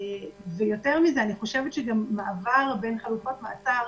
יותר מזה, אני חושבת שמעבר בין חלופות מעצר